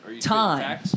Time